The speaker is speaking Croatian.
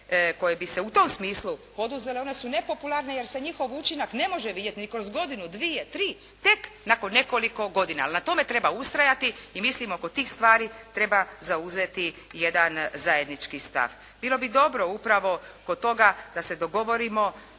koje bi se u tom smislu poduzele one su nepopularne, jer se njihov učinak ne može vidjeti ni kroz godinu, dvije, tri, tek nakon nekoliko godina. Ali na tome treba ustrajati i mislim oko tih stvari treba zauzeti jedan zajednički stav. Bilo bi dobro upravo kod toga da se dogovorimo